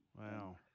Wow